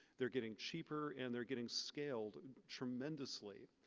they're getting cheaper, and they're getting scaled tremendously.